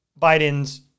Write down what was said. Biden's